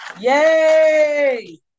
Yay